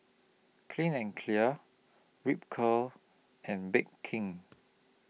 Clean and Clear Ripcurl and Bake King